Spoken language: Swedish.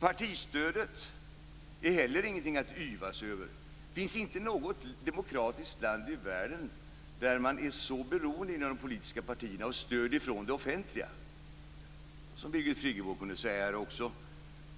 Partistödet är heller ingenting att yvas över. Det finns inte något demokratiskt land i världen där de politiska partierna är så beroende av stöd från det offentliga som i Sverige. Birgit Friggebo talade också om detta.